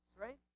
Right